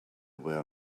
were